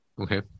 Okay